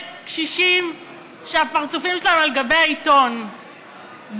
קשישים שהפרצופים שלהם על גבי העיתון,